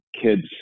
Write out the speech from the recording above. kids